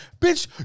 bitch